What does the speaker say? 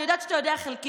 אני יודעת שאתה יודע חלקית,